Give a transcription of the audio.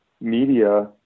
media